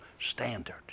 standard